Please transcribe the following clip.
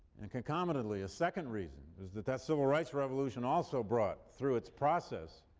and concomitantly a second reason is that that civil rights revolution also brought, through its process,